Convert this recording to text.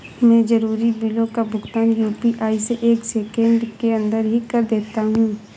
मैं जरूरी बिलों का भुगतान यू.पी.आई से एक सेकेंड के अंदर ही कर देता हूं